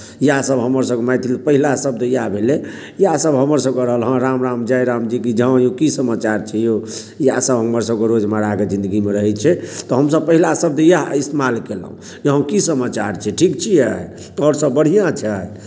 इएहसभ हमरसभक मैथिल पहिला शब्द इएह भेलै इएहसभ हमरसभक रहल हँ राम राम जय राम जी की हँ यौ की समाचार छै यौ इएहसभ हमरसभक रोजमर्राके जिन्दगीमे रहै छै तऽ हमसभ पहिला शब्द इएह इस्तेमाल कयलहुँ यौ की समाचार छै ठीक छियै आओर सभ बढ़िआँ छै